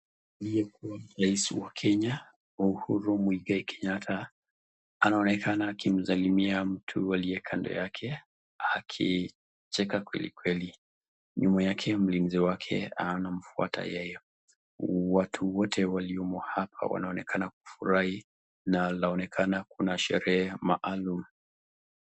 Aliyekuwa rais wa Kenya, Uhuru Muigai Kenyatta anaonekana akimsalimia mtu aliye kando yake akicheka kweli kweli. Nyuma yake mlinzi wake anamfuata yeye. Watu wote waliomo hapa wanaonekana kufurahi na inaonekana kuna sherehe maalum.